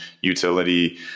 utility